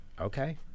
Okay